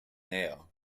näher